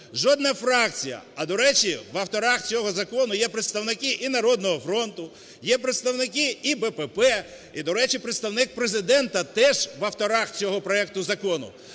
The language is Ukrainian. Жодна фракція… А, до речі, в авторах цього закону є представники і "Народного фронту", є представники і БПП, і, до речі, Представник Президента теж в авторах цього проекту закону.